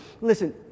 listen